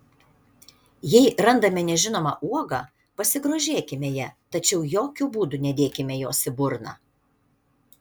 jei randame nežinomą uogą pasigrožėkime ja tačiau jokiu būdu nedėkime jos į burną